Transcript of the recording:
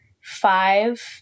five